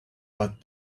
what